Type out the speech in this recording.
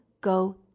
go